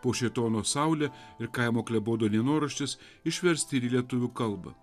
po šėtono saule ir kaimo klebono dienoraštis išversti į lietuvių kalbą